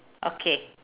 okay